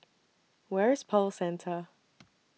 Where IS Pearl Centre